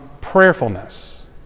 prayerfulness